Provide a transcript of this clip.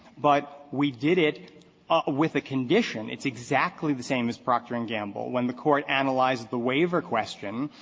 but we did it with a condition. it's exactly the same as procter and gamble. when the court analyzed the waiver question,